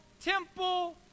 Temple